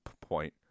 point